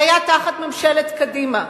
זה היה תחת ממשלת קדימה.